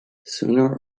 sooner